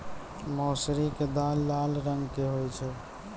मौसरी के दाल लाल रंग के होय छै